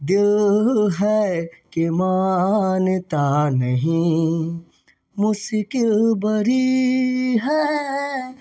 दिल है कि मानता नहीं मुश्किल बड़ी है